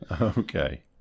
okay